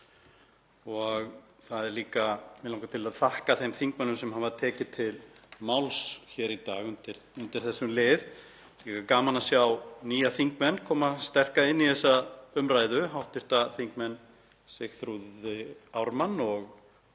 Guðmundssyni. Mig langar að þakka þeim þingmönnum sem hafa tekið til máls hér í dag undir þessum lið, líka gaman að sjá nýja þingmenn koma sterka inn í þessa umræðu, hv. þingmenn Sigþrúði Ármann og